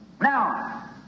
Now